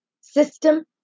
system